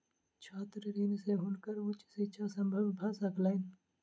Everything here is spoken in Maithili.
छात्र ऋण से हुनकर उच्च शिक्षा संभव भ सकलैन